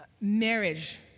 marriage